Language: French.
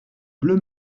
bleu